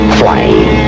flying